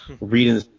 reading